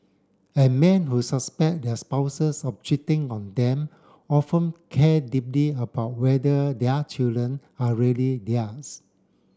and men who suspect their spouses of cheating on them often care deeply about whether their children are really theirs